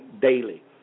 daily